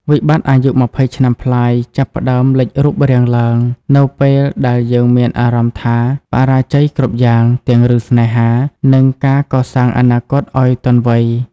វិបត្តិអាយុ២០ ឆ្នាំប្លាយចាប់ផ្តើមលេចរូបរាងឡើង នៅពេលដែលយើងមានអារម្មណ៍ថា "បរាជ័យគ្រប់យ៉ាង" ទាំងរឿងស្នេហា និងការកសាងអនាគតឱ្យទាន់វ័យ។